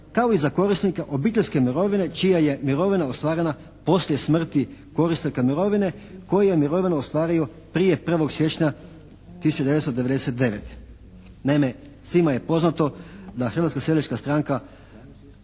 kao i za korisnike obiteljske mirovine čija je mirovina ostvarena poslije smrti korisnika mirovine koji je mirovinu ostvario prije 1. siječnja 1999. Naime svima je poznato da Hrvatska seljačka stranka